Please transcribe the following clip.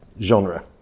genre